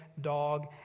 dog